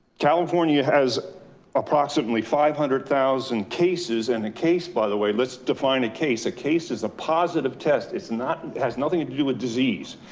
california has approximately five hundred thousand cases and the case, by the way, let's define a case. a case is a positive test. it's not, has nothing to do with disease.